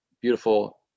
beautiful